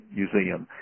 museum